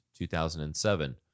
2007